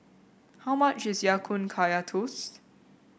how much is Ya Kun Kaya Toast